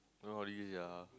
go holiday yeah